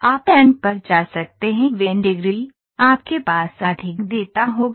आप n पर जा सकते हैंवेंडिग्री आपके पास अधिक डेटा होगा